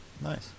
nice